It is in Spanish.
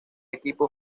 equipo